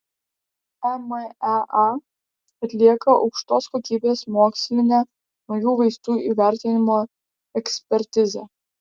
emea atlieka aukštos kokybės mokslinę naujų vaistų įvertinimo ekspertizę